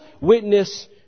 witness